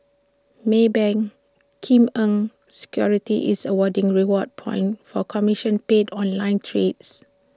maybank Kim Eng securities is awarding reward points for commission paid online trades